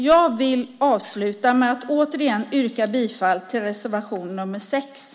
Jag vill avsluta med att återigen yrka bifall till reservation nr 7.